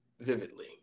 vividly